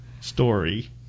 story